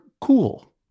cool